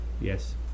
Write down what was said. yes